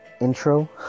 intro